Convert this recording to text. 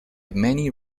many